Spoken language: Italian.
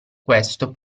questo